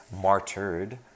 martyred